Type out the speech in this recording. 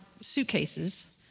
suitcases